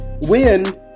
win